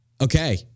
okay